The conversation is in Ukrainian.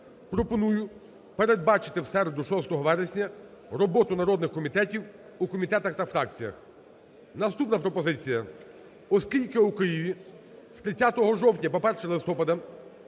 пропоную передбачити в середу, 6 вересня, роботу народних комітетів у комітетах та фракціях. Наступна пропозиція. Оскільки у Києві з 30 жовтня по 1 листопада